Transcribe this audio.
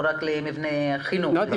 לא רק למבני חינוך.